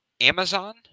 Amazon